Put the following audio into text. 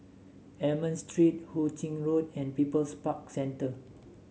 Almond Street Hu Ching Road and People's Park Centre